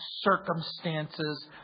circumstances